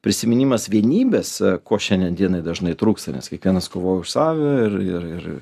prisiminimas vienybės ko šiandien dienai dažnai trūksta nes kiekvienas kovoja už save ir ir